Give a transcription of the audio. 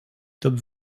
top